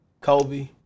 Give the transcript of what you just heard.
Kobe